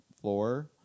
floor